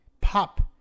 pop